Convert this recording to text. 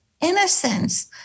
innocence